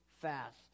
fast